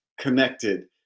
connected